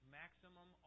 maximum